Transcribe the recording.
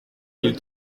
mille